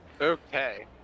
okay